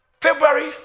February